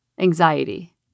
anxiety